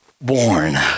born